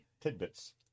Tidbits